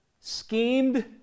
schemed